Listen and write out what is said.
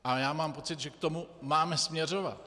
A já mám pocit, že k tomu máme směřovat.